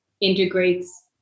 integrates